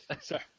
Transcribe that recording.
Sorry